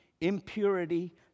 impurity